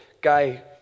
guy